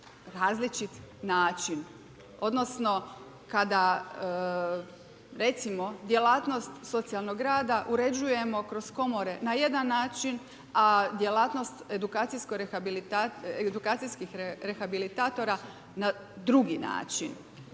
različit način odnosno kada recimo djelatnost socijalnog rada uređujemo kroz komore na jedan način, a djelatnost edukacijskih rehabilitatora na drugi način.